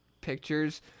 pictures